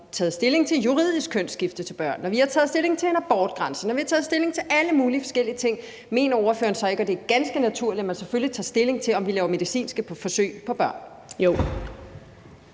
taget stilling til juridisk kønsskifte til børn, når vi har taget stilling til en abortgrænse, og når vi har taget stilling til alle mulige forskellige ting, at det er ganske naturligt, at man selvfølgelig tager stilling til, om vi laver medicinske forsøg på børn?